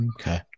Okay